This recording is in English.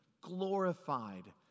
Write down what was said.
Glorified